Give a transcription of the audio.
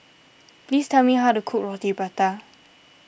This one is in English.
please tell me how to cook Roti Prata